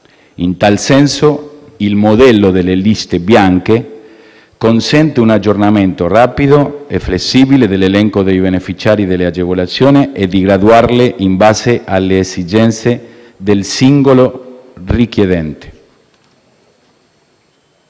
In tal senso, il modello delle liste bianche consente un aggiornamento rapido e flessibile dell'elenco dei beneficiari delle agevolazioni e di graduarle in base alle esigenze del singolo richiedente.